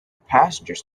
passengers